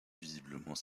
visiblement